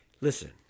Listen